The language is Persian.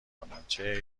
کنن، چه